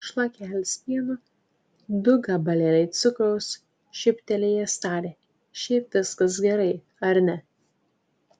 šlakelis pieno du gabalėliai cukraus šyptelėjęs tarė šiaip viskas gerai ar ne